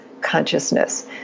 consciousness